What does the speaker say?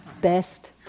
Best